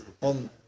on